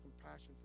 compassion